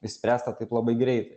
išspręsta taip labai greitai